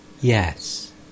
Yes